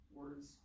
words